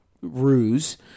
ruse